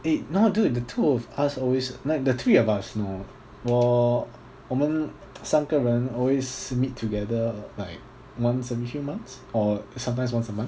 eh now dude the two of us always like the three of us now 我我们三个人 always meet together like once every few months or sometimes once a month